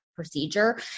procedure